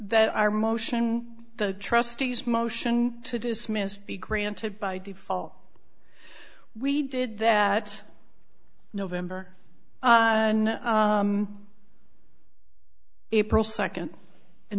that our motion the trustees motion to dismiss be granted by default we did that november and april nd in